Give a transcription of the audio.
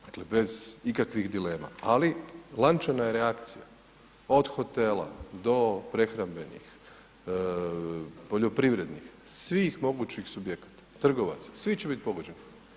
Dakle, bez ikakvih dilema, ali lančana je reakcija od hotela do prehrambenih, poljoprivrednih svih mogućih subjekata, trgovaca, svi će biti pogođeni.